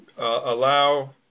allow